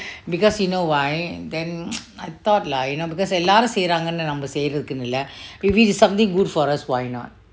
because you know why then I thought lah you know because எல்லாரும் செய்றாங்க னு நம்ம செய்யறதுக்கு னு இல்ல:ellarum seiyaranganu namma seiyarathukku nu illa maybe this is something good for us why not